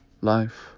Life